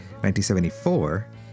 1974